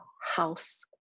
house